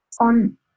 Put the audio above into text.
on